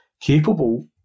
capable